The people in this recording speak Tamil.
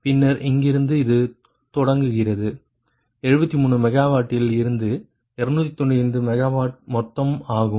பின்னர் இங்கிருந்து இது தொடங்குகிறது 73 MW இல் இருந்து 295 MW மொத்தம் ஆகும்